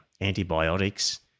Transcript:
antibiotics